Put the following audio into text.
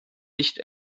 nicht